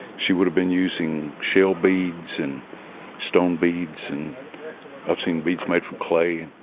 she would have been using shell beads and stone beads, and i've seen beads made from clay.